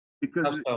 because-